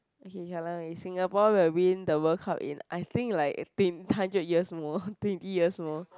okay okay Singapore will win the World Cup in I think like eighteen hundred years more twenty years more